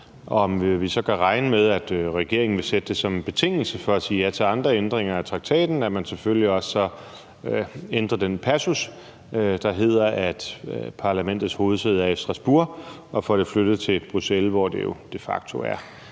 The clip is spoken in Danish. så kan regne med, at regeringen vil sætte det som en betingelse for at sige ja til andre ændringer af traktaten, at man så selvfølgelig også ændrer den passus, der hedder, at parlamentets hovedsæde er i Strasbourg, og får det flyttet til Bruxelles, hvor det jo de facto er